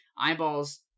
eyeballs